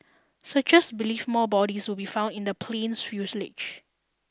searchers believe more bodies will be found in the plane's fuselage